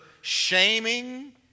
shaming